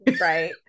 right